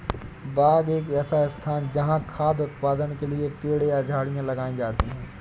बाग एक ऐसा स्थान है जहाँ खाद्य उत्पादन के लिए पेड़ या झाड़ियाँ लगाई जाती हैं